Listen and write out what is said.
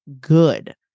good